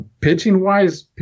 Pitching-wise